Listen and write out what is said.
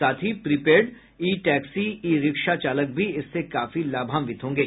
साथ ही prepaid e taxi e rickshaw चालक भी इससे काफी लाभान्वित होंगे